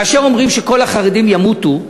כאשר אומרים "שכל החרדים ימותו"